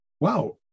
wow